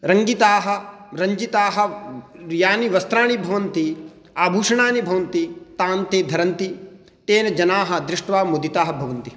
रङ्गिताः रञ्जिताः यानि वस्त्राणि भवन्ति आभूषणानि भवन्ति तां ते धरन्ति तेन जनाः दृष्ट्वा मुदिताः भवन्ति